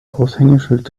aushängeschild